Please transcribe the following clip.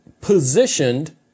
positioned